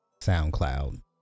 SoundCloud